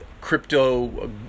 crypto